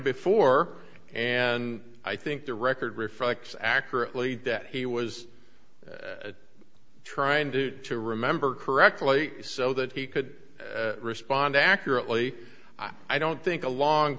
before and i think the record reflects accurately that he was trying to remember correctly so that he could respond accurately i don't think a long